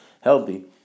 healthy